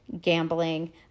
gambling